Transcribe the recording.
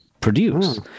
produce